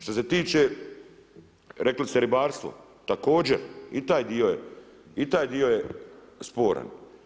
Što se tiče, rekli ste ribarstvo, također, i taj dio je sporan.